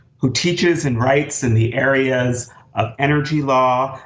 who teaches and writes in the areas of energy law,